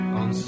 on